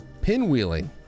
Pinwheeling